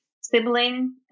sibling